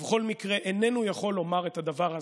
בכל מקרה הוא איננו יכול לומר את הדבר הזה.